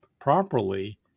properly